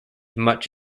much